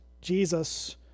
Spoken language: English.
Jesus